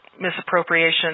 misappropriation